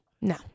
No